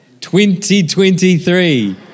2023